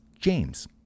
James